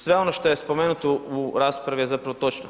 Sve ono što je spomenuto u raspravi je zapravo točno.